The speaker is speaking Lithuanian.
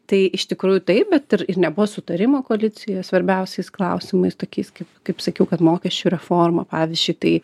tai iš tikrųjų taip bet ir nebuvo sutarimo koalicijoj svarbiausiais klausimais tokiais kaip kaip sakiau kad mokesčių reforma pavyzdžiui tai